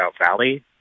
Valley